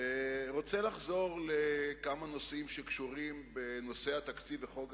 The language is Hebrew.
אני רוצה לחזור לכמה נושאים שקשורים בנושא התקציב וחוק ההסדרים,